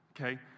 okay